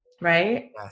Right